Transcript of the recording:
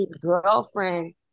girlfriend